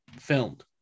filmed